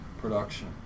production